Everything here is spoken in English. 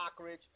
Lockridge